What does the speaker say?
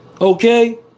Okay